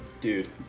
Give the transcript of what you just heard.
dude